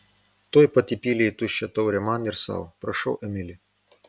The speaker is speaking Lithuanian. tuoj pat įpylė į tuščią taurę man ir sau prašau emili